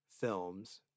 films